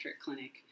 clinic